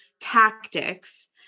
tactics